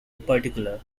particular